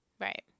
Right